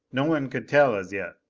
no one could tell as yet.